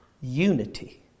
unity